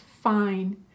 fine